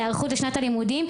להיערכות לשנת הלימודים,